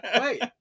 Wait